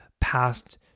past